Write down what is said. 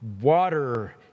water